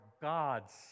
gods